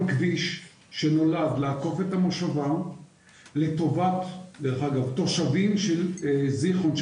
כביש שנולד לעקוף את המושבה לטובת דרך אגב תושבים של זיכרון יעקב,